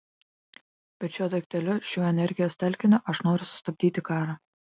bet šiuo daikteliu šiuo energijos telkiniu aš noriu sustabdyti karą